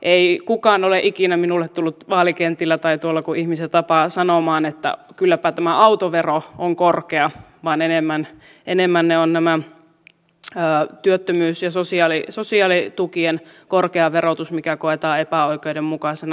ei kukaan ole ikinä minulle tullut vaalikentillä tai tuolla kun ihmisiä tapaa sanomaan että kylläpä tämä autovero on korkea vaan enemmän se on tämä työttömyys ja sosiaalitukien korkea verotus mikä koetaan epäoikeudenmukaisena